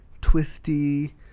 twisty